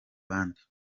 bandi